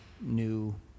new